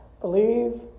Believe